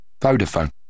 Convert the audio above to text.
Vodafone